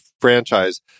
franchise